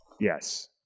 Yes